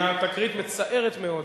תקרית מצערת מאוד.